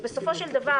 בסופו של דבר,